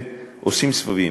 עושים סבבים.